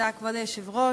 כבוד היושב-ראש,